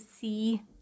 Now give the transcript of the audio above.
see